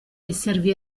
esservi